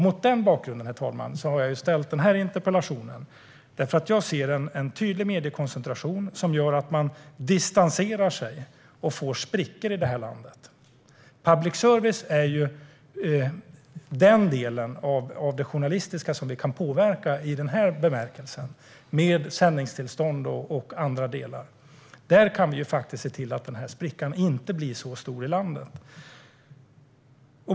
Mot denna bakgrund, herr talman, har jag ställt min interpellation. Jag ser nämligen en tydlig mediekoncentration som gör att folk distanserar sig och det uppstår sprickor i landet. Public service är den del av det journalistiska som vi kan påverka genom sändningstillstånd och annat. På så vis kan vi se till att sprickan inte blir så stor i landet.